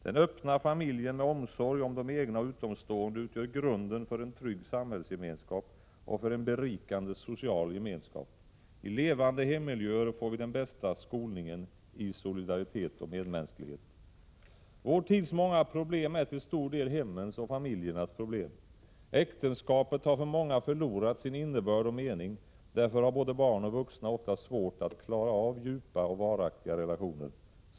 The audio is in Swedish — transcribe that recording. Den öppna familjen med omsorg om de egna och utomstående utgör grunden för en trygg samhällsgemenskap och för en berikande social gemenskap. I levande hemmiljöer får vi den bästa skolningen i solidaritet och medmänsklighet. Vår tids många problem är till stor del hemmens och familjernas problem. Äktenskapet har för många förlorat sin innebörd och mening. Därför har både barn och vuxna ofta svårt att klara av djupa och varaktiga relationer.